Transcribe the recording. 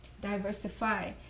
diversify